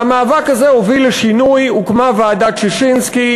והמאבק הזה הוביל לשינוי: הוקמה ועדת ששינסקי.